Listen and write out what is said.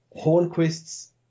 Hornquist's